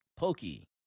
Pokey